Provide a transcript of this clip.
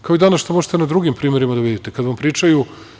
Kao i danas što možete na drugim primerima da vidite kada vam pričaju.